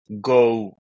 go